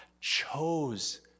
chose